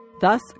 Thus